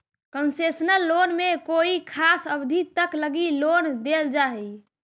concessional loan में कोई खास अवधि तक लगी लोन देल जा हइ